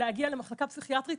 להגיע למחלקה פסיכיאטרית,